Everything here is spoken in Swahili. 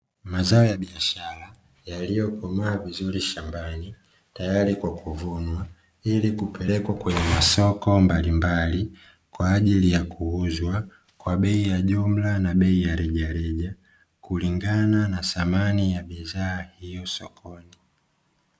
Mazao ya biashara yaliyokomaa vizuri shambani, tayari kwa kuvunwa ili kupelekwa kwenye masoko mbalimbali kwa ajili ya kuuzwa kwa bei ya jumla na bei ya rejareja kulingana na thamani ya bidhaa hiyo sokoni.